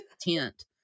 tent